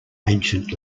ancient